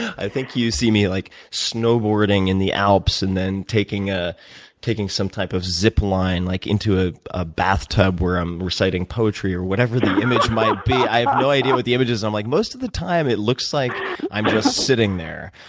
i think you see me like snowboarding in the alps and then taking ah taking some type of zip line like into ah a bathtub where i'm reciting poetry or whatever the image might be. i have no idea what the image is. i'm like, most of the time, it looks like i'm just sitting there.